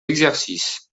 exercices